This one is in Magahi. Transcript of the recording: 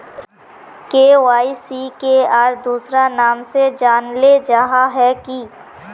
के.वाई.सी के आर दोसरा नाम से जानले जाहा है की?